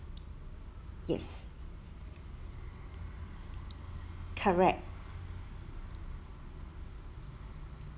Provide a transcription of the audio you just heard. yes correct